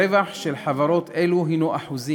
הרווח של חברות אלו הוא אחוזים,